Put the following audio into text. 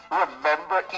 remember